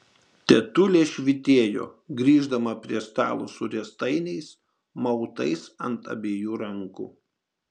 tetulė švytėjo grįždama prie stalo su riestainiais mautais ant abiejų rankų